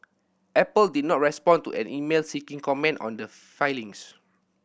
Apple did not respond to an email seeking comment on the filings